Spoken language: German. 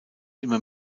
immer